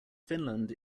finland